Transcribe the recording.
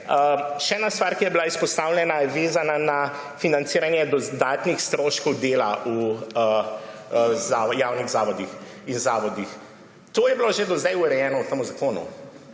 Še ena stvar, ki je bila izpostavljena, je vezana na financiranje dodatnih stroškov dela v javnih zavodih. To je bilo že do zdaj urejeno v tem zakonu.